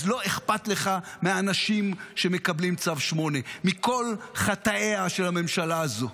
אז לא אכפת לך מהאנשים שמקבלים צו 8. מכל חטאיה של הממשלה הזאת,